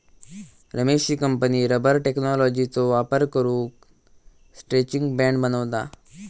रमेशची company rubber टेक्नॉलॉजीचो वापर करून स्ट्रैचिंग बँड बनवता